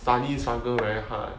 study struggle very hard